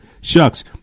shucks